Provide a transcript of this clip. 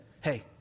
hey